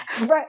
Right